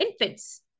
infants